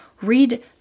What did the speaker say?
read